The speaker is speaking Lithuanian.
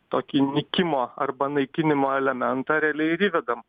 tokį nykimo arba naikinimo elementą realiai ir įvedam